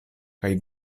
kaj